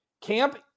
Camp